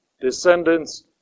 descendants